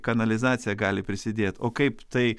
kanalizacija gali prisidėt o kaip tai